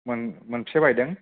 मोनबेसे बायदों